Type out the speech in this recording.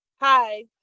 hi